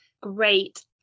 great